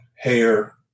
Hair